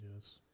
yes